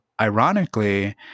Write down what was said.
ironically